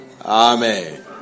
Amen